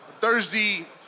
Thursday